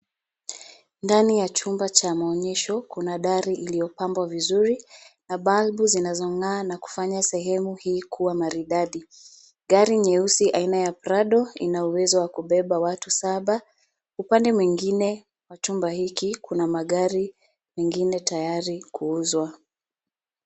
Ndani ya chumba cha maonyesho kuna dari iliyopambwa vizuri, na balbu zinazong'aa na kufanya sehemu hii kuwa maridadi. Gari nyeusi aina ya [Prado] ina uwezo wa kubeba watu saba. Upande mwingine, wa chumba hiki kuna magari, nyingine tayari kuuzwa.